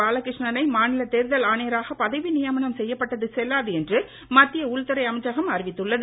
பாலகிருஷ்ணனை மாநில தேர்தல் ஆணையராக பதவி நியமனம் செய்யப்பட்டது செல்லாது என மத்திய உள்துறை அமைச்சகம் அறிவித்துள்ளது